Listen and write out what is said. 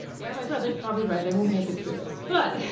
yeah my brother's probably right, i won't make it through this but,